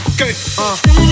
Okay